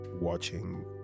watching